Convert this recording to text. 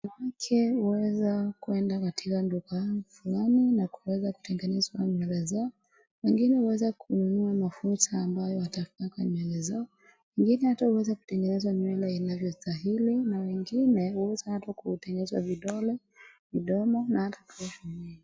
Wanawake huweza kuenda katika duka fulani kuweza kutengenezwa nywele zao ,wengine huweza kununua mafuta ambayo watapaka nywele zao, wengine ata huweza kutengeneza nywele inavyostahili ,na wengine huweza ata kutengenezwa vidole ,midomo na ata meno.